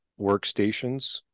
workstations